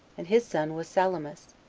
and his son was sallumus,